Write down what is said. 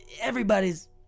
Everybody's